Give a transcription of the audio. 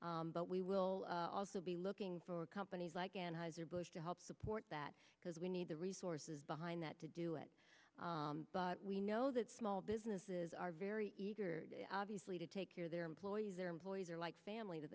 but we will also be looking for companies like anheuser busch to help support that because we need the resources behind that to do it but we know that small businesses are very obviously to take their employees their employees are like family to